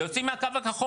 יוצאים מהקו הכחול.